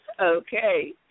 Okay